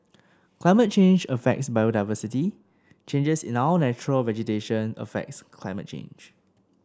climate change affects biodiversity changes in our natural vegetation affects climate change